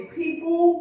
people